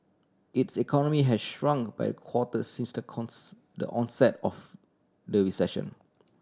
its economy has shrunk by a quarter since the the onset of the recession